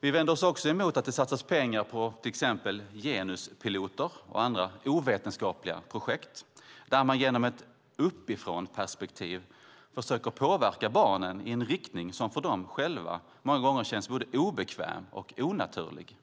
Vidare vänder vi oss mot att det satsas pengar till exempel på genuspiloter och andra ovetenskapliga projekt där man genom ett uppifrånperspektiv försöker påverka barnen i en riktning som för barnen många gånger känns både obekväm och onaturlig.